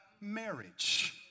marriage